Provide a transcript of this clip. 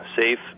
safe